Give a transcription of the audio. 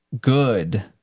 good